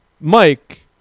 Mike